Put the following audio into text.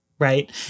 Right